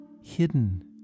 hidden